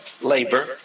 labor